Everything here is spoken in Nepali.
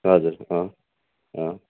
हजुर अँ अँ